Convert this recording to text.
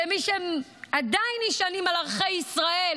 כמי שעדיין נשענים על ערכי ישראל